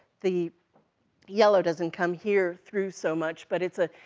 the yellow doesn't come here through so much, but it's a,